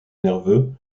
nerveux